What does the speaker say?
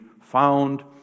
found